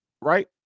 right